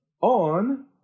on